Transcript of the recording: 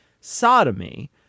sodomy